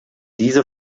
diese